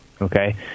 okay